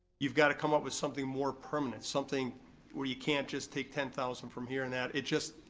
you've gotta come up with something more permanent, something where you can't just take ten thousand from here and that, it's just,